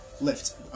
lift